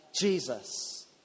Jesus